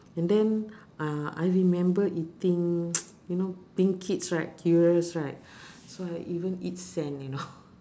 and then uh I remember eating you know being kids right curious right so I even eat sand you know